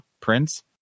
Prince